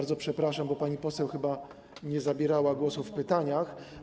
Bardzo przepraszam, bo pani poseł chyba nie zabierała głosu w pytaniach.